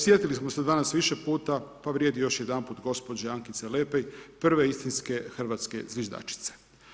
Sjetili smo se danas više puta pa vrijedi još jedanput, gospođe Ankice Lepej, prve istinske hrvatske zviždačice.